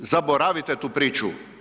Zaboravite tu priču.